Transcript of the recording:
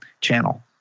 channel